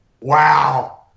wow